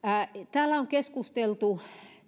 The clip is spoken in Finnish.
täällä on keskusteltu